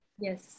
yes